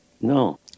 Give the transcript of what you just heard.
No